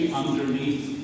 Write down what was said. underneath